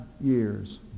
years